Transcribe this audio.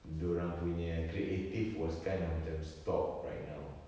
dia orang punya creative was kind of macam stopped right now